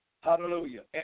hallelujah